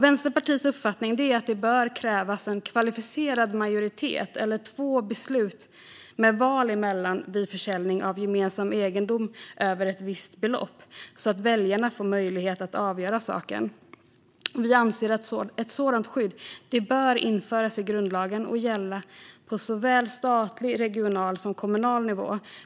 Vänsterpartiets uppfattning är att det bör krävas kvalificerad majoritet eller två beslut med val emellan vid försäljning av gemensam egendom över ett visst belopp. Då får väljarna möjlighet att avgöra. Vi anser att ett sådant skydd bör införas i grundlagen och bör gälla på såväl statlig som regional och kommunal nivå.